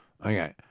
Okay